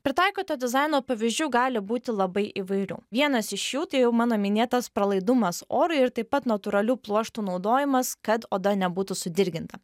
pritaikyto dizaino pavyzdžių gali būti labai įvairių vienas iš jų tai jau mano minėtas pralaidumas orui ir taip pat natūralių pluoštų naudojimas kad oda nebūtų sudirginta